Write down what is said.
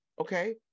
Okay